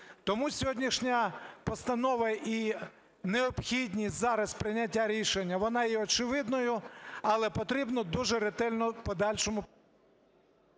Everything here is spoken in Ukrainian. Тому сьогоднішня постанова і необхідність зараз прийняття рішення вона є очевидною, але потрібно дуже ретельно в подальшому…